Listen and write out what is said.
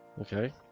Okay